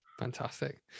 Fantastic